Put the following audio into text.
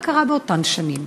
מה קרה באותן שנים?